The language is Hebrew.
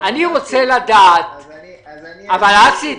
אני רוצה לדעת --- אני אומר שוב --- אסי,